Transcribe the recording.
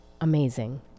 amazing